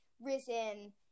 risen